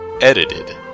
Edited